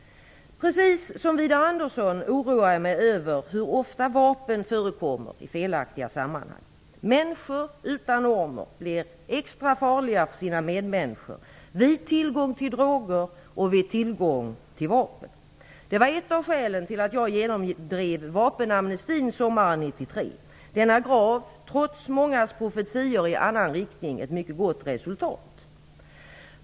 Precis som Vidar Andersson oroar jag mig över hur ofta vapen förekommer i felaktiga sammanhang. Människor utan normer blir extra farliga för sina medmänniskor vid tillgång till droger och vid tillgång till vapen. Det var ett av skälen till att jag genomdrev vapenamnestin sommaren 1993. Denna gav, trots mångas profetior i annan riktning, ett mycket gott resultat.